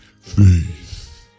faith